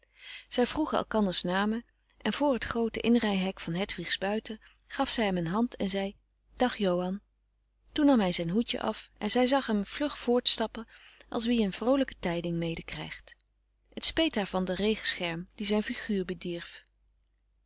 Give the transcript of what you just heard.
zij vroegen elkanders namen en voor het groote inrij hek van hedwigs buiten gaf zij hem een hand en zei dag johan toen nam hij zijn hoedje af en zij zag hem vlug voort stappen als wie een vroolijke tijding mede krijgt het speet haar van den regenscherm die zijn figuur bedierf